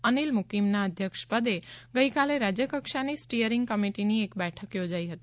અનિલ મુકીમના અધ્યક્ષપદે ગઈકાલે રાજ્યકક્ષાની સ્ટીયરીંગ કમિટિની એક બેઠક યોજાઇ હતી